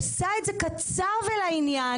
עושה את זה קצר ולעניין,